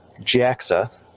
JAXA